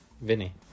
Vinny